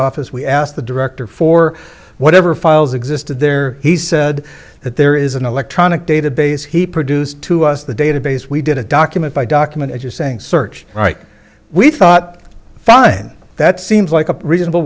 office we asked the director for whatever files existed there he said that there is an electronic database he produced to us the database we did a document by document you're saying search right we thought fine that seems like a reasonable